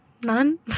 None